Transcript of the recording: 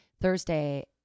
Thursday